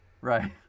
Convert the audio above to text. Right